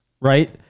Right